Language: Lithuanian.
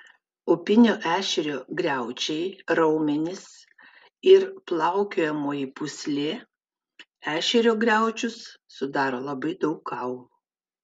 upinio ešerio griaučiai raumenys ir plaukiojamoji pūslė ešerio griaučius sudaro labai daug kaulų